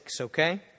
okay